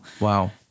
Wow